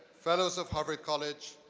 fellows of harvard college,